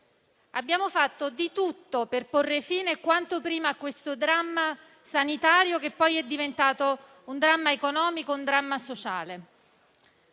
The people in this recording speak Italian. Abbiamo fatto di tutto per porre fine quanto prima a questo dramma sanitario, che poi è diventato un dramma economico e sociale.